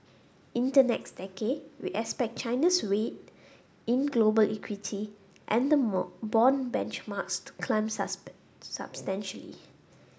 in the next decade we expect China's weight in global equity and bond benchmarks to climb substantially